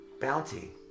Bounty